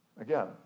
Again